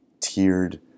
tiered